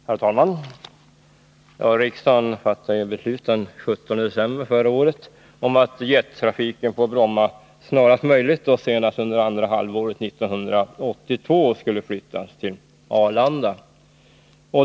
Herr talman! Riksdagen fattade den 17 december förra året beslut om att jettrafiken på Bromma snarast möjligt och senast under andra halvåret 1982 skulle flyttas till Arlanda.